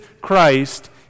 Christ